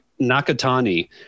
Nakatani